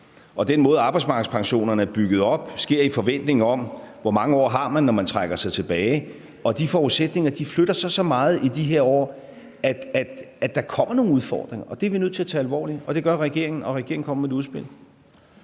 og den måde, arbejdsmarkedspensionerne er bygget op på, sker ud fra en forventning om, hvor mange år man har, når man trækker sig tilbage. De forudsætninger flytter sig så meget i de her år, at der kommer nogle udfordringer, og dem er vi nødt til at tage alvorligt. Det gør regeringen, og regeringen kommer med et udspil.